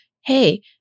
hey